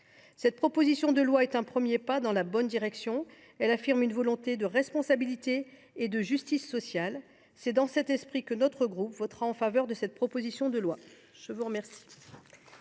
Cette proposition de loi est un premier pas dans la bonne direction. S’y affirme une volonté de responsabilité et de justice sociale. C’est dans cet esprit que notre groupe votera en faveur de ce texte.